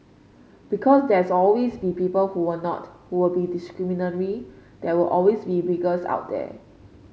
because there's always be people who'll not who'll be discriminatory there will always be bigots out there